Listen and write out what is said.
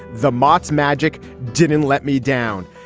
the motto magic didn't let me down.